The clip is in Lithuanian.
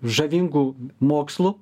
žavingu mokslu